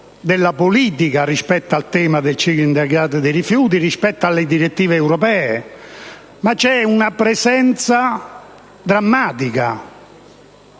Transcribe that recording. della politica riguardo al tema del ciclo integrato dei rifiuti rispetto alle direttive europee, ma c'è una presenza drammatica